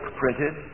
printed